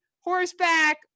horseback